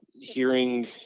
Hearing